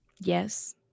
Yes